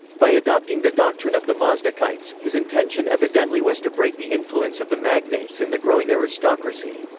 by adopting the doctrine of the mazdakites, his intention evidently was to break the influence of the magnates and the growing aristocracy.